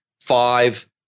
five